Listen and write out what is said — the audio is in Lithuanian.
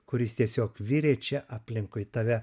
kuris tiesiog virė čia aplinkui tave